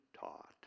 taught